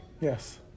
Yes